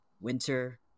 winter